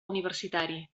universitari